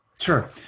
Sure